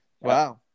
Wow